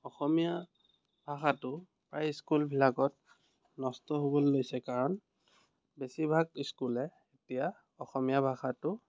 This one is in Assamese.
অসমীয়া ভাষাটো প্ৰায় স্কুলবিলাকত নষ্ট হ'বলৈ লৈছে কাৰণ বেছিভাগ ইস্কুলে এতিয়া অসমীয়া ভাষাটো